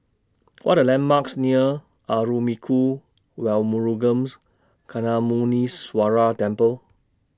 What Are The landmarks near Arulmigu Velmurugans Gnanamuneeswarar Temple